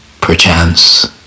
perchance